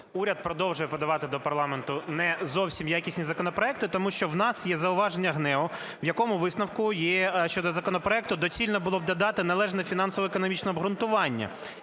уряд продовжує подавати до парламенту не зовсім якісні законопроекти? Тому що у нас є зауваження ГНЕУ, в якому (висновку) є щодо законопроекту доцільно б було додати належне фінансове економічне обґрунтування,